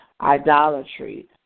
idolatry